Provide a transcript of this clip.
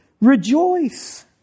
rejoice